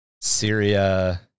Syria